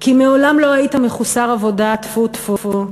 כי מעולם לא היית מחוסר עבודה, טפו-טפו,